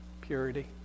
purity